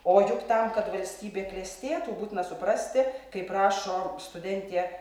o juk tam kad valstybė klestėtų būtina suprasti kaip rašo studentė